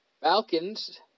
Falcons